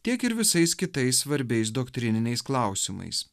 tiek ir visais kitais svarbiais doktrininiais klausimais